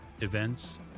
events